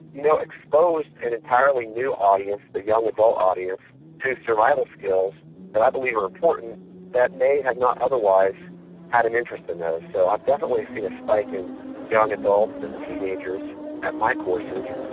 you know, expose an entirely new audience, the young adult audience to survival skills that i believe are important that may have not otherwise had an interest in those. so i definitely see a spike in young adults and teenagers at my courses.